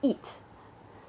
eat